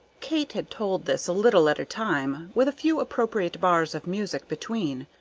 kate had told this a little at a time, with a few appropriate bars of music between,